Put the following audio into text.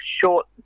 short